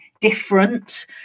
different